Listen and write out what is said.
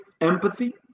empathy